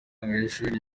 y’ishuri